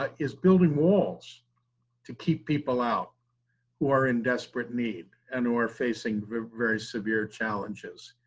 but is building walls to keep people out who are in desperate need, and who are facing very severe challenges.